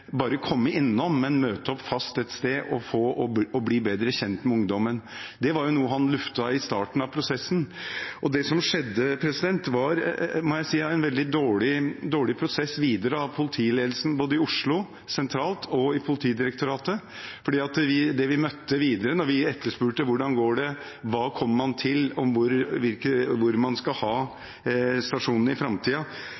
bare komme innom, men møte opp fast et sted og bli bedre kjent med ungdommen. Det var noe han luftet i starten av prosessen. Det som skjedde, var en veldig dårlig prosess videre av både politiledelsen i Oslo sentralt og Politidirektoratet. Da vi etterspurte hvordan det går, hva man kom til om hvor man skal ha